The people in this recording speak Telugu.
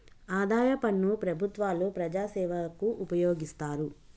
ఆదాయ పన్ను ప్రభుత్వాలు ప్రజాసేవకు ఉపయోగిస్తారు